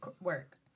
work